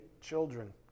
children